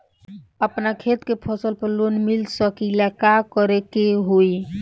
अपना खेत के फसल पर लोन मिल सकीएला का करे के होई?